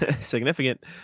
significant